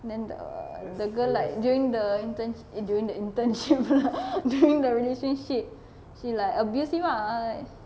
then the the girl like during the intern during the internship pula during their relationship she like abuse him ah